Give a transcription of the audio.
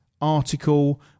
article